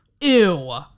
Ew